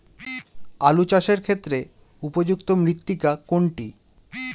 আলু চাষের ক্ষেত্রে উপযুক্ত মৃত্তিকা কোনটি?